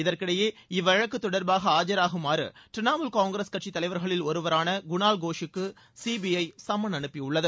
இதற்கிடையே இவ்வழக்கு தொடர்பாக ஆஜராகுமாறு திரிணாமுல் காங்கிரஸ் கட்சி தலைவர்களில் ஒருவரான குணால் கோஷுக்கு சிபிஐ சம்மன் அனுப்பியுள்ளது